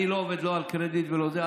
אני לא עובד לא על קרדיט ולא על זה.